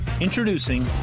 Introducing